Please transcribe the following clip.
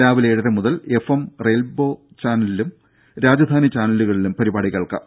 രാവിലെ ഏഴര മുതൽ എഫ് എം റെയിൻബോ ചാനലുകളിലും രാജധാനി ചാനലുകളിലും പരിപാടി കേൾക്കാം